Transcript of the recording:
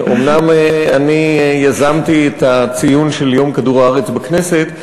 אומנם אני יזמתי את הציון של יום כדור-הארץ בכנסת,